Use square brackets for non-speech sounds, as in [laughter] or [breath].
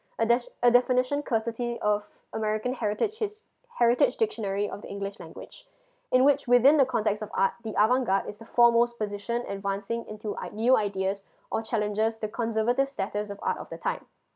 a def~ a definition courtesy of american heritage his~ heritage dictionary of the english language [breath] in which within the context of art the avant garde is the foremost position advancing into I new ideas or challenges the conservative status of art of the time